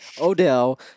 Odell